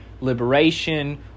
liberation